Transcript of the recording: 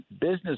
business